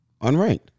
Unranked